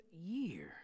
year